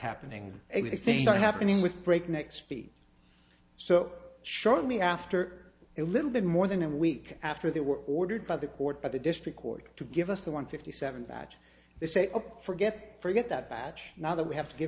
happening it's not happening with breakneck speed so shortly after it little bit more than a week after they were ordered by the court by the district court to give us the one fifty seven batch they say ok forget forget that batch now that we have to give